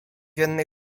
jednej